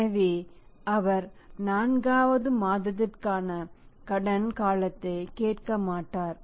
எனவே அவர் 4 வது மாதத்திற்கான கடன் காலத்தை கேட்க மாட்டார்